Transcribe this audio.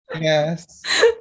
Yes